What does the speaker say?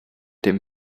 dem